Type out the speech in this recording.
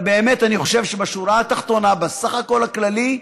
באמת אני חושב שבשורה התחתונה, בסך הכול הכללי,